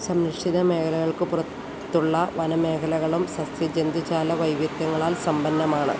സംരക്ഷിത മേഖലകൾക്ക് പുറത്തുള്ള വനമേഖലകളും സസ്യജന്തുജാല വൈവിധ്യങ്ങളാൽ സമ്പന്നമാണ്